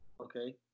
Okay